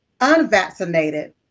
unvaccinated